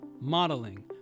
modeling